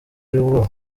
y’ubwoba